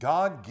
God